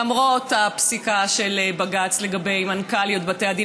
למרות הפסיקה של בג"ץ לגבי מנכ"ליות בתי הדין,